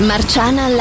Marciana